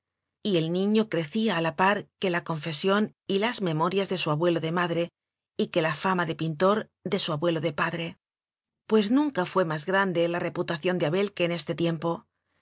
el niño crecía a la par que la confe sión y las memorias de su abuelo de madre y que la fama de pintor de su abuelo de padre pues nunca fué más grande la reputa ción de abel que en este tiempo